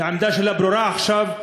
העמדה שלה ברורה עכשיו.